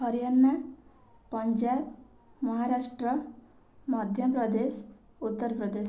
Haryana Punjab Maharashtra Madhya Pradesh Uttar Pradesh